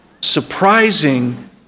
surprising